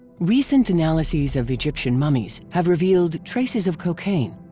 recent analyzes of egyptian mummies have revealed traces of cocaine.